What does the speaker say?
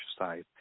exercise